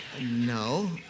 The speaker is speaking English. No